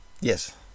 Yes